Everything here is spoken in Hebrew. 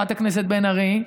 חברת הכנסת בן ארי,